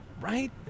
Right